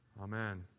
amen